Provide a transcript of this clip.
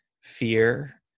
Fear